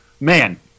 man